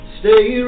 stay